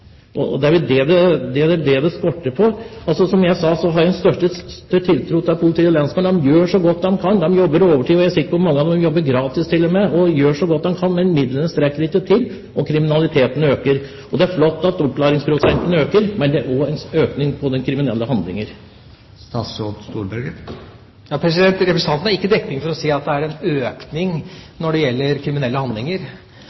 Det er vel det det skorter på. Som jeg sa, har jeg den største tiltro til politi og lensmann. De gjør så godt de kan. De jobber overtid, og jeg er sikker på at mange av dem til og med jobber gratis. De gjør så godt de kan, men midlene strekker ikke til, og kriminaliteten øker. Det er flott at oppklaringsprosenten øker, men det er også en økning i kriminelle handlinger. Representanten har ikke dekning for å si at det er en